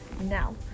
now